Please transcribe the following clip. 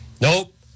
Nope